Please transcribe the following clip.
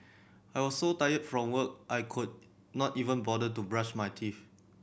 I was so tired from work I could not even bother to brush my teeth